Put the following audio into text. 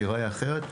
זה ייראה אחרת,